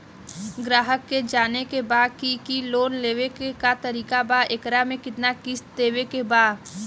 ग्राहक के जाने के बा की की लोन लेवे क का तरीका बा एकरा में कितना किस्त देवे के बा?